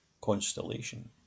constellation